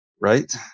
Right